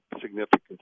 significant